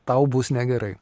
tau bus negerai